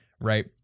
right